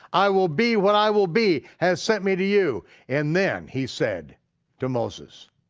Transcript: i will be what i will be has sent me to you, and then he said to moses,